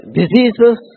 diseases